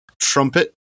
trumpet